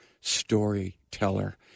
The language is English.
storyteller